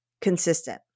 consistent